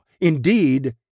Indeed